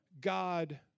God